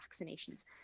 vaccinations